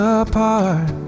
apart